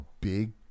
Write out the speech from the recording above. big